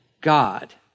God